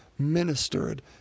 ministered